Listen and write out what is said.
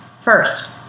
First